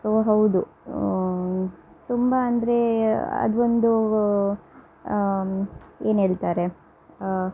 so ಹೌದು ತುಂಬ ಅಂದರೆ ಅದು ಒಂದೂ ಏನು ಹೇಳ್ತಾರೆ